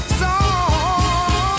song